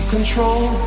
control